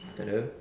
hello